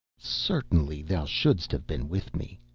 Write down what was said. certainly thou shouldst have been with me.